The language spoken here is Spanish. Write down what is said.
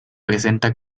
presenta